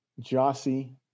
Jossie